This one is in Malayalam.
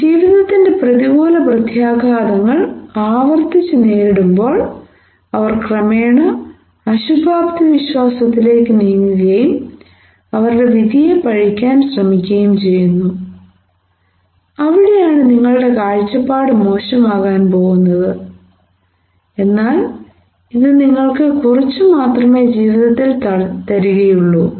ജീവിതത്തിന്റെ പ്രതികൂല പ്രത്യാഘാതങ്ങൾ ആവർത്തിച്ച് നേരിടുമ്പോൾ അവർ ക്രമേണ അശുഭാപ്തിവിശ്വാസത്തിലേക്ക് നീങ്ങുകയും അവരുടെ വിധിയെ പഴിക്കുവാൻ ശ്രമിക്കുകയും ചെയ്യുന്നു അവിടെയാണ് നിങ്ങളുടെ കാഴ്ചപ്പാട് മോശമാകാൻ പോകുന്നത് എന്നാൽ ഇത് നിങ്ങൾക്ക് കുറച്ച് മാത്രമേ ജീവിതത്തിൽ തരുകയുള്ളൂ